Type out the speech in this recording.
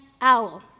owl